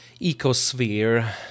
ecosphere